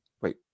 wait